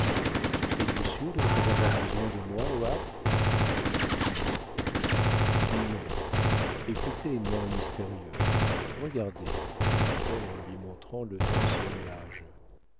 êtes-vous sûre de ne pas avoir besoin de moi au havre non écoutez nain mystérieux regardez dit-elle en lui montrant le temps sans nuages